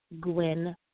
Gwen